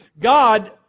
God